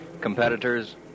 competitors